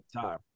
time